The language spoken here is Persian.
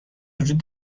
وجود